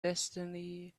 destiny